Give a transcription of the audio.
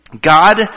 God